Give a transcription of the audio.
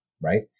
right